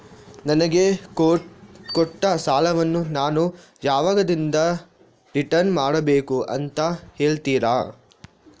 ನನಗೆ ಕೊಟ್ಟ ಸಾಲವನ್ನು ನಾನು ಯಾವಾಗದಿಂದ ರಿಟರ್ನ್ ಮಾಡಬೇಕು ಅಂತ ಹೇಳ್ತೀರಾ?